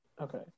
Okay